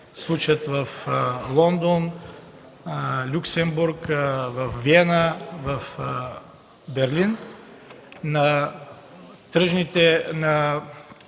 случат в Лондон, Люксембург, Виена и Берлин